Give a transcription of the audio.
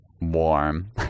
warm